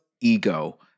ego